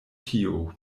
tio